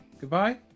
Goodbye